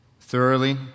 thoroughly